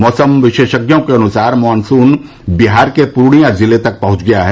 मौसम वैशेषज्ञों के अनुसार मानसून बिहार के पूर्णिया जिले तक पहुंच गया है